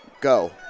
go